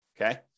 Okay